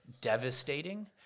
devastating